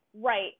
Right